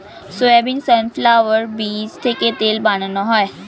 soybean, sunflower বীজ থেকে তেল বানানো হয়